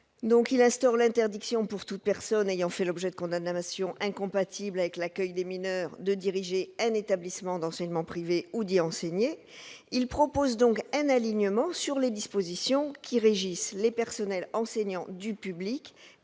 à instaurer l'interdiction, pour toute personne ayant fait l'objet de condamnations incompatibles avec l'accueil de mineurs, de diriger un établissement d'enseignement privé ou d'y enseigner. Il s'agit de procéder à un alignement sur les dispositions qui régissent les personnels enseignants de